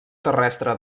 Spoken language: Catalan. terrestre